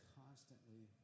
constantly